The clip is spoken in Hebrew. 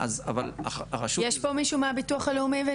אבל הרשות --- יש פה מישהו מהביטוח לאומי?